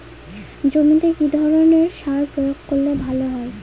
জমিতে কি ধরনের সার প্রয়োগ করলে ভালো হয়?